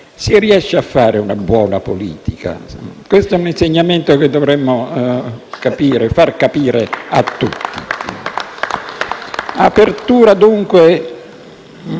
si riesce a fare una buona politica. Questo è un insegnamento che dovremmo capire e far capire a tutti. *(Applausi